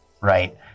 right